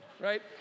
right